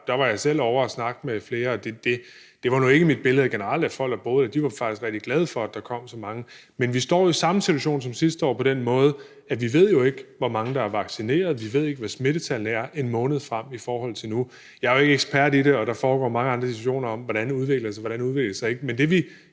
Jeg var selv ovre og snakke med flere. Men det var nu ikke mit billede af det. Generelt var folk, der boede der, faktisk rigtig glade for, at der kom så mange. Men vi står jo i den samme situation som sidste år på den måde, at vi ikke ved, hvor mange der er vaccineret, og at vi ikke ved, hvad smittetallene er en måned frem i forhold til nu. Jeg er jo ikke ekspert i det, og der foregår mange andre diskussioner om, hvordan det udvikler sig, og hvordan det ikke udvikler